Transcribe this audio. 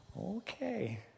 Okay